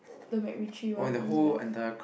the MacRitchie one is better